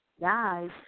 Guys